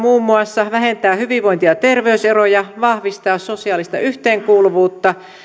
muun muassa vähentää hyvinvointi ja terveys eroja vahvistaa sosiaalista yhteenkuuluvuutta